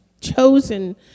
chosen